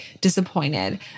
disappointed